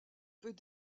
peut